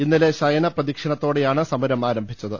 ഇന്നലെ ശയന പ്രദക്ഷിണത്തോടെയാണ് സമരം ആരംഭിച്ചത്